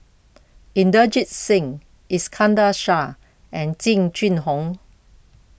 Inderjit Singh Iskandar Shah and Jing Jun Hong